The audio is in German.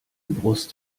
brust